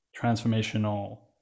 transformational